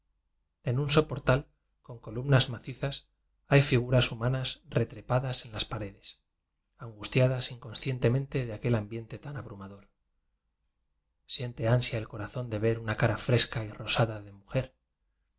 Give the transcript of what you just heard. en un soportal con columnas macizas hay figuras humanas retrepadas en las paredes angustiadas inconscientemente de aquel ambiente tan abrumador siente ansia el corazón de ver una cara fresca y rosada de mujer